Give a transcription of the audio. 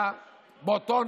משמעותי,